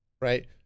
right